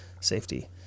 safety